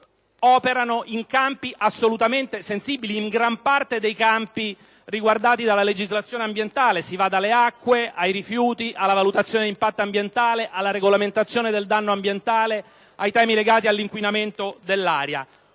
operano in campi assolutamente sensibili, in gran parte dei campi oggetto della legislazione ambientale: si va dalle acque ai rifiuti, dalla valutazione di impatto ambientale alla regolamentazione del danno ambientale fino ai temi legati all’inquinamento dell’aria.